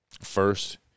first